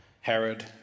Herod